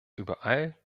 überall